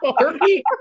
Turkey